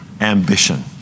ambition